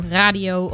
radio